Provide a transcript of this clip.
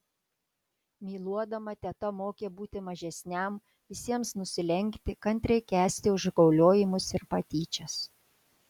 myluodama teta mokė būti mažesniam visiems nusilenkti kantriai kęsti užgauliojimus ir patyčias